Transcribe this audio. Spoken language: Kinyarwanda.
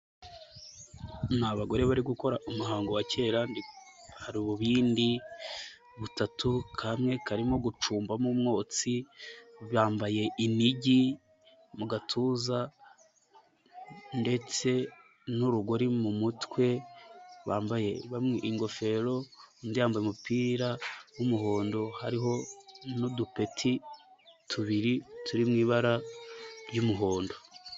Ni abagore bari gukora umuhango wa kera ndetse hari ububindi butatu, kamwe karimo gucumbamo umwotsi, yambaye inigi mu gatuza ndetse n'urugori mu mutwe, bambayebamwe ingofero, undi yambaye umupira w'umuhondo hariho nudupeti tubiri turi mu ibara ry'umuhondo.